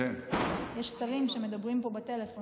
יש שרים שמדברים פה בטלפון.